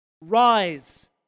Rise